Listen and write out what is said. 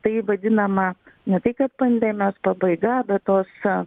tai vadinama ne tai kad pandemijos pabaiga bet tos